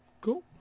Cool